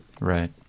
Right